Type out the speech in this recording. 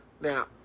Now